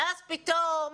אז פתאום